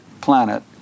planet